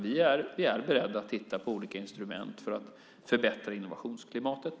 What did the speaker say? Vi är beredda att titta på olika instrument för att förbättra innovationsklimatet.